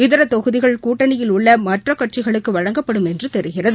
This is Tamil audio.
இதர தொகுதிகள் கூட்டணியில் உள்ள மற்ற கட்சிகளுக்கு வழங்கப்படும் என்று தெரிகிறது